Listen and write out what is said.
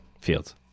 Fields